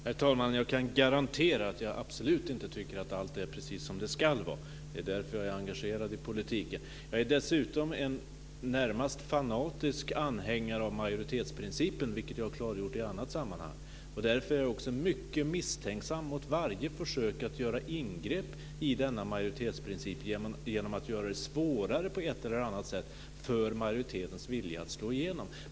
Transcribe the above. Herr talman! Jag kan garantera att jag absolut inte tycker att allt är precis som det ska vara. Det är därför jag är engagerad i politiken. Jag är dessutom en närmast fanatisk anhängare av majoritetsprincipen, vilket jag klargjort i annat sammanhang. Därför är jag mycket misstänksam mot varje försök att göra ingrepp i denna majoritetsprincip genom att på ett eller annat sätt göra det svårare för majoritetens vilja att slå igenom.